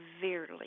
severely